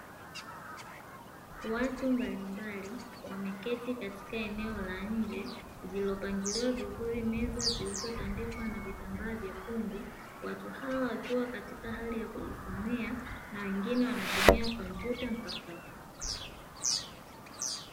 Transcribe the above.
Watu mbalimbali wameketi katika eneo la nje, zilizopangiliwa vizuri meza zilizotandikwa na vitambaa vyekundu . Watu hawa wakiwa katika hali ya kujisomea na wengine wanatumia kompyuta mpakato.